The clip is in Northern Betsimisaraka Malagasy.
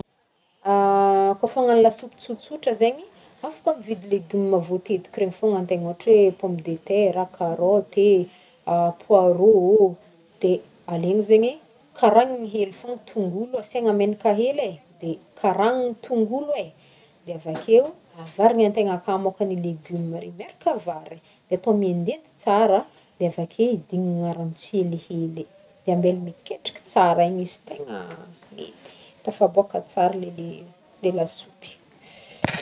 Kôfa agnano lasopy tsotsotra zegny, afaka mividy légume vôtetiky regny fô ohatra hoe pomme de terre, karoty e poireau ô de alaigny zegny karanigny hely tongolo asiagna menaka hely e de karanigny tongolo e de avakeo avarigny antegna akao môkany légume regny miaraka vary de atao miendiendy tsara de avake idinagna rano tsihelihely de ambela miketriky tsara igny izy tegna mety tafaboaka tsara le- le lasopy.